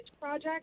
Project